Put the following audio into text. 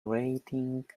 rating